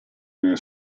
nel